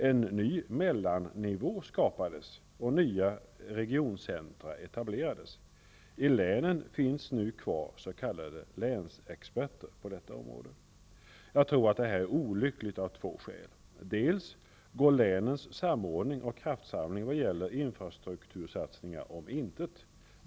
En ny mellannivå skapades, och nya regioncentra etablerades. I länen finns nu kvar s.k. länsexperter på detta område. Jag tror att detta är olyckligt av två skäl. Dels går länens samordning och kraftsamling vad gäller infrastruktursatsningar om intet.